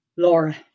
Laura